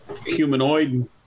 humanoid